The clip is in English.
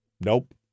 Nope